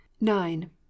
Nine